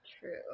True